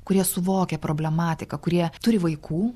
kurie suvokia problematiką kurie turi vaikų